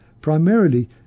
primarily